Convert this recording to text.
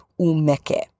umeke